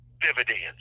dividends